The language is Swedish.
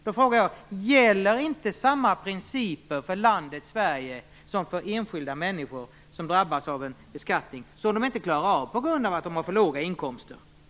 Då frågar jag: Gäller inte samma principer för landet Sverige som för enskilda människor som drabbas av en beskattning som de inte klarar av på grund av att de har för låga inkomster?